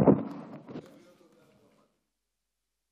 הולכת להיות הודעה דרמטית.